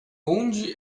onde